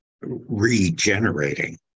regenerating